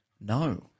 No